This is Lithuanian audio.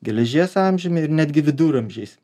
geležies amžiumi ir netgi viduramžiais